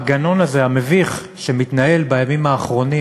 שהגנון הזה, המביך, שמתנהל בימים האחרונים